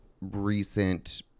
recent